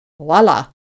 voila